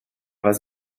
was